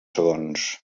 segons